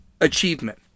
achievement